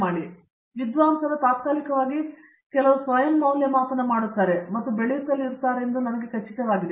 ಹಾಗಾಗಿ ವಿದ್ವಾಂಸರು ತಾತ್ಕಾಲಿಕವಾಗಿ ಕೆಲವು ಸ್ವಯಂ ಮೌಲ್ಯಮಾಪನವನ್ನು ಮಾಡುತ್ತಾರೆ ಮತ್ತು ಬೆಳೆಯುತ್ತಲೇ ಇರುತ್ತಾರೆ ಎಂದು ನನಗೆ ಖಚಿತವಾಗಿದೆ